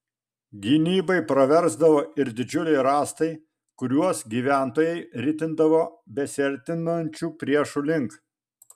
gynybai praversdavo ir didžiuliai rąstai kuriuos gyventojai ritindavo besiartinančių priešų link